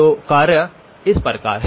तो कार्य इस प्रकार है